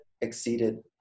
exceeded